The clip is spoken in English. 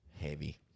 Heavy